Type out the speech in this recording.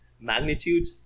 magnitude